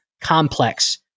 complex